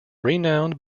renowned